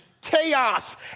chaos